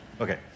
Okay